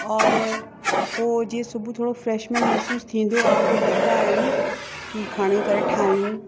और हो जीअं सुबुह थोरो फ्रैश्मैंट महिसूसु थींदो आहे पोइ लॻंदा आहियूं की खणी करे ठाहियूं